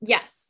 Yes